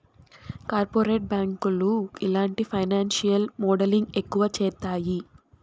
corporate బ్యాంకులు ఇలాంటి financial modelling ఎక్కువ చేత్తాయి